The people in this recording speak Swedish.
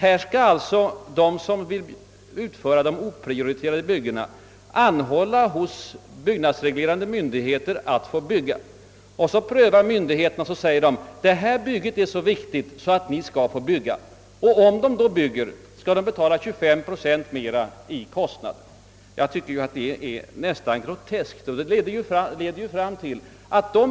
Här skall alltså de som vill utföra oprioriterade byggen anhålla hos byggnadsreglerande myndigheter om att få bygga. Så prövar myndigheterna ärendet och finner att bygget är så viktigt att medgivande bör lämnas. Men om sökanden fullföljer sina avsikter får han finna sig i att kostnaderna blir 25 procent högre. Detta är ju nästan groteskt.